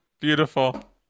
Beautiful